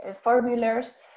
formulas